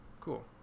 cool